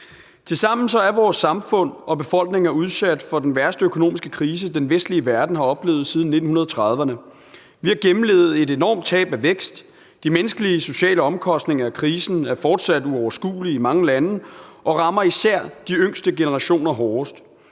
Tilsammen er vores samfund og befolkninger i den vestlige verden udsat for den værste økonomiske krise, den vestlige verden har oplevet siden 1930'erne. Vi har gennemlevet et enormt tab af vækst. De menneskelige og sociale omkostninger af krisen er fortsat uoverskuelige i mange lande og rammer især de yngste generationer hårdest.